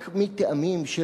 רק מטעמים של